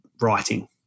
writing